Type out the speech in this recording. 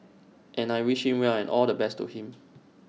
and I wished him well and all the best to him